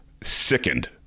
Sickened